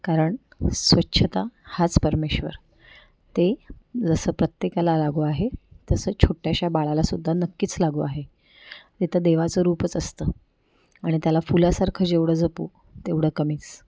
कारण स्वच्छता हाच परमेश्वर ते जसं प्रत्येकाला लागू आहे तसं छोट्याशा बाळाला सुद्धा नक्कीच लागू आहे ते तर देवाचं रूपच असतं आणि त्याला फुलासारखं जेवढं जपू तेवढं कमीच